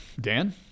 Dan